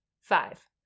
Five